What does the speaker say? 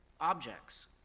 objects